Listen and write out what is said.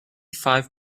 five